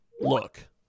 look